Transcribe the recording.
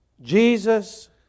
Jesus